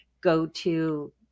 go-to